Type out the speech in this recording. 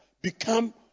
become